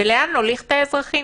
ולאן נוליך את האזרחים?